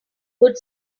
good